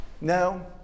No